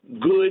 good